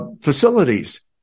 facilities